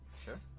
sure